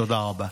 תודה רבה.